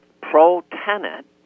pro-tenant